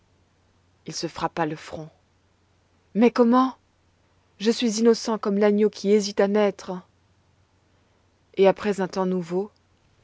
il se frappa le front mais comment je suis innocent comme l'agneau qui hésite à naître et après un temps nouveau